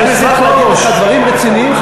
אני אשמח להגיד לך דברים רציניים,